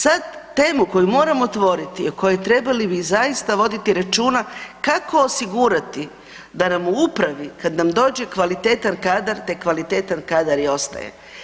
Sad temu koju moram otvoriti i o kojoj trebali bi zaista voditi računa kako osigurati da nam u upravi kad nam dođe kvalitetan kadar taj kvalitetan kadar i ostaje.